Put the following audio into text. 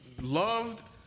loved